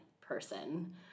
person